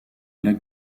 lac